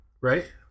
right